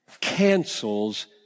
cancels